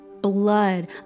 blood